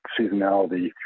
seasonality